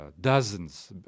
dozens